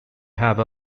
have